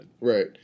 Right